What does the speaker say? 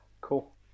Cool